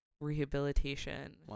rehabilitation